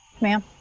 Ma'am